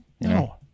No